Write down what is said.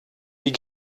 die